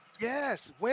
Yes